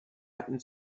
hatten